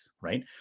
right